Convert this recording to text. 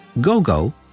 ...Gogo